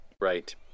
Right